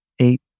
eight